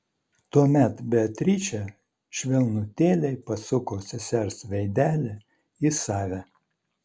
tuomet beatričė švelnutėliai pasuko sesers veidelį į save